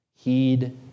Heed